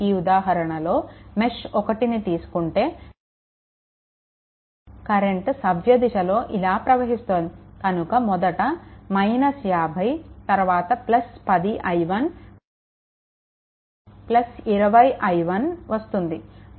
ఈ ఉదాహరణలో మెష్1ని తీసుకుంటే కరెంట్ సవ్యదిశలో ఇలా ప్రవహిస్తోంది కనుక మొదట - 50 తరువాత 10i1 20 i1 వస్తుంది